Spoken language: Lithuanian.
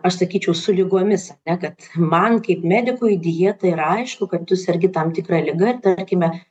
aš sakyčiau su ligomis ar ne kad man kaip medikui dieta yra aišku kad tu sergi tam tikra liga tarkime